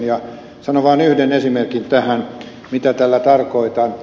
sanon vaan yhden esimerkinkin tähän mitä tällä tarkoitan